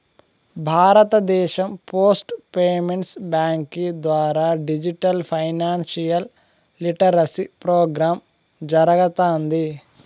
భారతదేశం post payments బ్యాంకీ ద్వారా డిజిటల్ ఫైనాన్షియల్ లిటరసీ ప్రోగ్రామ్ జరగతాంది